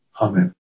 Amen